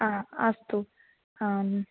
हा अस्तु आम्